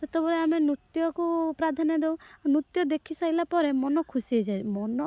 ସେତେବେଳେ ଆମେ ନୃତ୍ୟକୁ ପ୍ରାଧାନ୍ୟ ଦେଉ ନୃତ୍ୟ ଦେଖିସାଇଲା ପରେ ମନ ଖୁସି ହୋଇଯାଇ ମନ